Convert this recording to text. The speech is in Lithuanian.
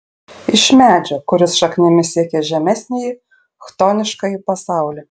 iš medžio kuris šaknimis siekia žemesnįjį chtoniškąjį pasaulį